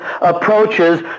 approaches